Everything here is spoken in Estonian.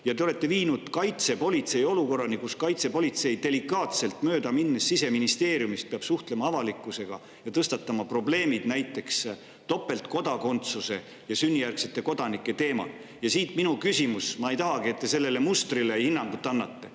Te olete viinud kaitsepolitsei olukorrani, kus kaitsepolitsei, delikaatselt mööda minnes Siseministeeriumist, peab suhtlema avalikkusega ja tõstatama probleemid, näiteks topeltkodakondsuse ja sünnijärgsete kodanike teema. Ja siit minu küsimus. Ma ei tahagi, et te sellele mustrile hinnangu annate,